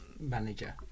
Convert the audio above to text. manager